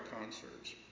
concerts